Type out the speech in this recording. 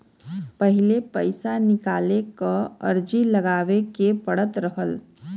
पहिले पइसा निकाले क अर्जी लगावे के पड़त रहल